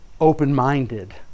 open-minded